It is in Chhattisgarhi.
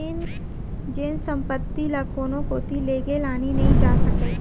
जेन संपत्ति ल कोनो कोती लेगे लाने नइ जा सकय